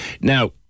Now